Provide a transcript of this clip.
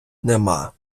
нема